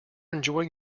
enjoying